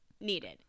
needed